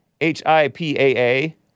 H-I-P-A-A